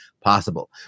possible